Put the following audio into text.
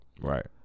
Right